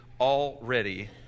already